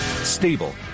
Stable